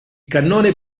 cannone